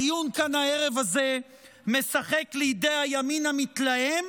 הדיון כאן בערב הזה משחק לידי הימין המתלהם